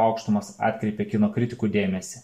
aukštumas atkreipė kino kritikų dėmesį